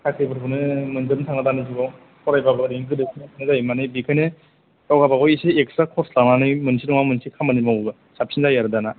साख्रिफोरखौनो मोनजोबनो थांला दानि जुगाव फरायबाबो ओरैनो गोदोसोना थानाय जायो माने बेखायनो गाव गावबागाव एसे एक्सट्रा कर्स खालामनानै मोनसे नङा मोनसे खामानि मावोबा साबसिन जायो आरो दाना